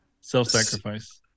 Self-sacrifice